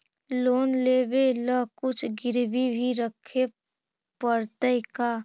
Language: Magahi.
लोन लेबे ल कुछ गिरबी भी रखे पड़तै का?